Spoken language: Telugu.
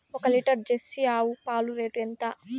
ఒక లీటర్ జెర్సీ ఆవు పాలు రేటు ఎంత?